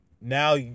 now